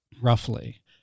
roughly